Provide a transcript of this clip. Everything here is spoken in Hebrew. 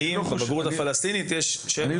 האם בבגרות הפלסטינית יש שאלות שרלוונטיות?